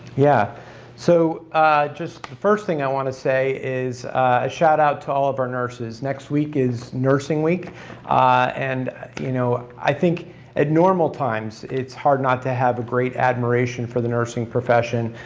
yeah so just the first thing i want to say is a shout out to all of our nurses. next week is nurses week and you know i think at normal times it's hard not to have a great admiration for the nursing profession,